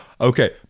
Okay